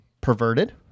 perverted